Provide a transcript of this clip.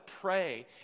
pray